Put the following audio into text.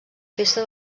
festa